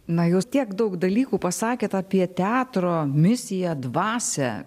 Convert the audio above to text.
na jūs tiek daug dalykų pasakėt apie teatro misiją dvasią